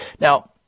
Now